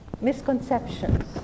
misconceptions